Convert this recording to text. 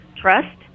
trust